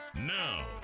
Now